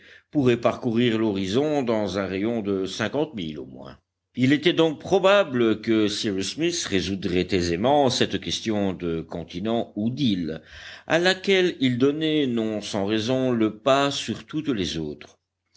pourrait parcourir l'horizon dans un rayon de cinquante milles au moins il était donc probable que cyrus smith résoudrait aisément cette question de continent ou d'île à laquelle il donnait non sans raison le pas sur toutes les autres